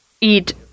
eat